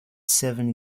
seven